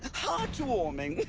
heartwarming.